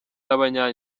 n’abanya